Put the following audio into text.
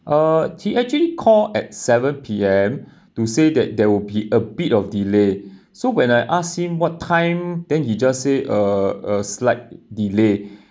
uh he actually called at seven P_M to say that there will be a bit of delay so when I asked him what time then he just say uh a slight delay